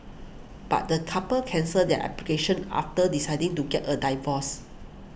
but the couple cancelled their application after deciding to get a divorce